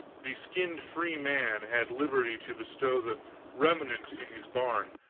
the skinned freeman had liberty to bestow the remnant in his barn,